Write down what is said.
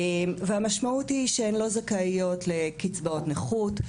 והמשמעות היא שהן לא זכאיות לקצבאות נכות,